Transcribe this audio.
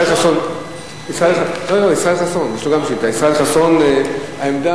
חבר הכנסת ישראל חסון, העמדה.